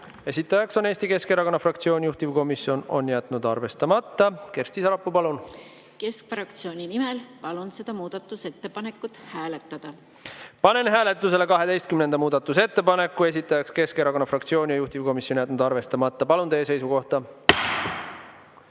esitaja on Eesti Keskerakonna fraktsioon, juhtivkomisjon on jätnud arvestamata. Kersti Sarapuu, palun! Keskfraktsiooni nimel palun seda muudatusettepanekut hääletada. Panen hääletusele 12. muudatusettepaneku, mille esitaja on [Eesti] Keskerakonna fraktsioon ja mille juhtivkomisjon on jätnud arvestamata. Palun teie seisukohta!